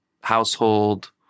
household